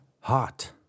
hot